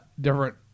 different